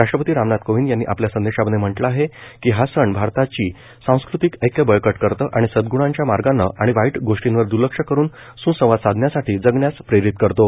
राष्ट्रपति रामनाथ कोविंद यांनी आपल्या संदेशामध्ये म्हटलं आहे की हा सण भारताची सांस्कृतिक ऐक्य बळकट करतं आणि सद्ग्णच्या मार्गानं आणि वाईट गोष्टींकडे द्र्लक्ष करून स्संवाद साधण्यासाठी जगण्यास प्रेरित करतो